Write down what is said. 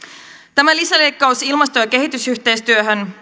tämä lisäleikkaus ilmasto ja kehitysyhteistyöhön